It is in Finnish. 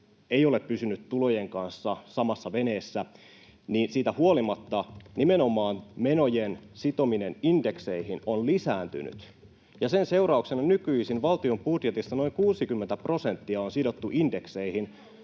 ei ole pysynyt tulojen kanssa samassa veneessä, niin siitä huolimatta nimenomaan menojen sitominen indekseihin on lisääntynyt, ja sen seurauksena nykyisin valtion budjetista noin 60 prosenttia on sidottu indekseihin,